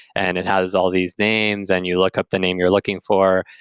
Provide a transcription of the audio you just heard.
and it has all these names, and you look up the name you're looking for.